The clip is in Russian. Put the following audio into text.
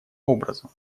образом